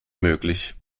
möglich